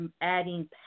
adding